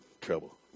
Trouble